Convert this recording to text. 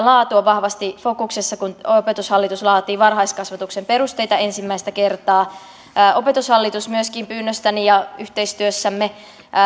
laatu on vahvasti fokuksessa kun opetushallitus laatii varhaiskasvatuksen perusteita ensimmäistä kertaa opetushallitus myöskin pyynnöstäni ja yhteistyössämme